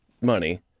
money